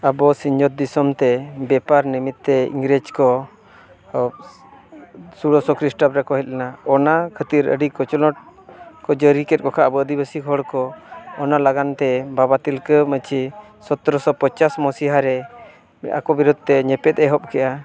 ᱟᱵᱚ ᱥᱤᱧ ᱚᱛ ᱫᱤᱥᱚᱢᱛᱮ ᱵᱮᱯᱟᱨ ᱱᱤᱢᱤᱛᱛᱮ ᱤᱝᱨᱮᱡᱽ ᱠᱚ ᱥᱳᱲᱳᱥᱚ ᱠᱨᱤᱥᱴᱟᱵᱫᱚ ᱨᱮᱠᱚ ᱦᱮᱡ ᱞᱮᱱᱟ ᱚᱱᱟ ᱠᱷᱟᱹᱛᱤᱨ ᱟᱹᱰᱤ ᱠᱚᱪᱞᱚᱱ ᱡᱟᱹᱨᱤ ᱠᱮᱫ ᱠᱚ ᱠᱷᱟᱡ ᱟᱵᱚ ᱟᱹᱫᱤᱵᱟᱹᱥᱤ ᱦᱚᱲ ᱠᱚ ᱚᱱᱟ ᱞᱟᱜᱟᱱᱛᱮ ᱵᱟᱵᱟ ᱛᱤᱞᱠᱟᱹ ᱢᱟᱹᱡᱷᱤ ᱥᱚᱛᱨᱚᱥᱚ ᱯᱚᱸᱪᱟᱥ ᱢᱟᱹᱥᱤᱦᱟ ᱨᱮ ᱟᱠᱚ ᱵᱤᱨᱩᱫᱽ ᱛᱮ ᱧᱮᱯᱮᱫ ᱮ ᱮᱦᱚᱵ ᱠᱮᱜᱼᱟ